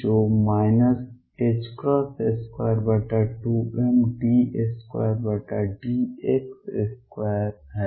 जो 22md2dx2 है